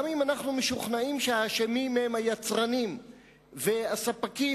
גם אם אנחנו משוכנעים שהאשמים הם היצרנים והספקים,